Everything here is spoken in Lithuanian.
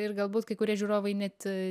ir galbūt kai kurie žiūrovai net